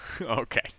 okay